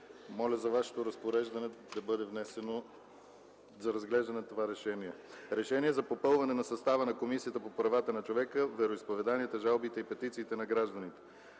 Моля за Вашето разпореждане за разглеждане на: „РЕШЕНИЕ за попълване на състава на Комисията по правата на човека, вероизповеданията, жалбите и петициите на гражданите